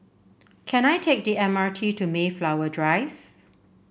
can I take the M R T to Mayflower Drive